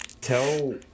tell